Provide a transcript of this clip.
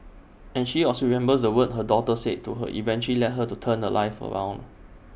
and she also remembers the words her daughter said to her eventually led her to turn her life around